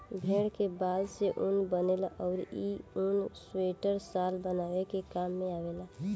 भेड़ के बाल से ऊन बनेला अउरी इ ऊन सुइटर, शाल बनावे के काम में आवेला